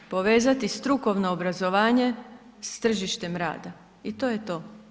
Povezati strukovno obrazovanje s tržištem rada i to je to.